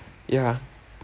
ya